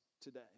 today